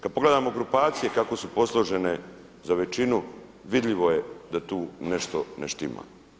Kada pogledamo grupacije kako su posložene za većinu vidljivo je da tu nešto ne štima.